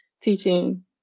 teaching